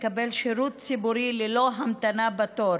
לקבל שירות ציבורי ללא המתנה בתור